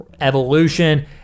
Evolution